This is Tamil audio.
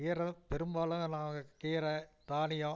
கீரை பெரும்பாலும் நாங்கள் கீரை தானியம்